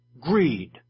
greed